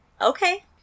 okay